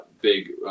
big